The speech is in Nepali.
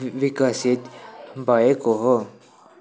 वि विकसित भएको हो